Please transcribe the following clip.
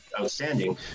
outstanding